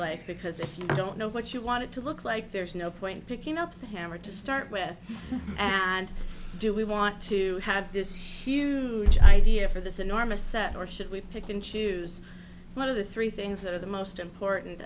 like because if you don't know what you want it to look like there's no point picking up the hammer to start with and do we want to have this huge idea for this enormous set or should we pick and choose one of the three things that are the most important